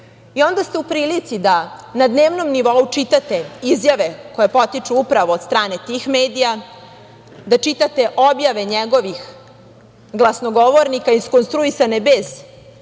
ste u prilici da na dnevnom nivou čitate izjave koje potiču upravo od strane tih medija, da čitate objave njegovih glasnogovornika, iskonstruisane bez ikakvog